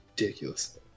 ridiculous